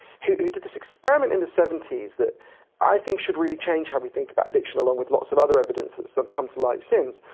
who did this experiment in the seventy s that i think should really change how we think about addiction, along with lots of other evidence that's come to light since.